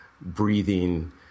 breathing